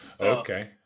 Okay